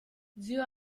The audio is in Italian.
zio